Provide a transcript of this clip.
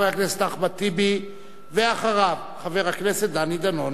חבר הכנסת אחמד טיבי, ואחריו, חבר הכנסת דני דנון.